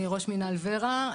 אני ראש מנהל ור"ה,